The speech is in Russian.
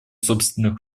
собственных